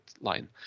line